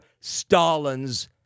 Stalin's